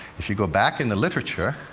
if you go back in the literature,